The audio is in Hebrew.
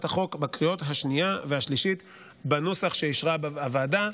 החוק בקריאה השנייה והשלישית בנוסח שאישרה הוועדה.